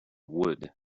wood